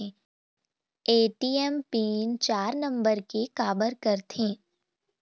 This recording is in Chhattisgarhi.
ए.टी.एम पिन चार नंबर के काबर करथे?